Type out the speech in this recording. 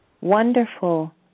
wonderful